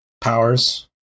Powers